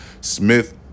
Smith